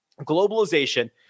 globalization